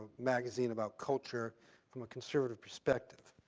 magazine about culture from a conservative perspective,